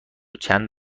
چند